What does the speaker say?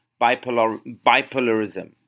bipolarism